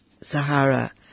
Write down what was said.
Sahara